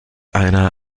einer